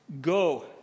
Go